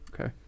Okay